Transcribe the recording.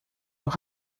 leur